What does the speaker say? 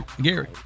Gary